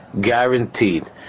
guaranteed